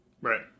right